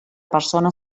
persona